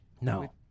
No